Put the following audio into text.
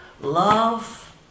love